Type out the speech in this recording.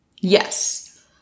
Yes